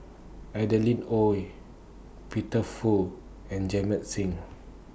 Adeline Ooi Peter Fu and Jamit Singh